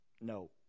No